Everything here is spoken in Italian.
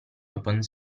open